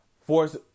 force